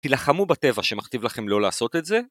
תילחמו בטבע שמכתיב לכם לא לעשות את זה.